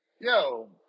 yo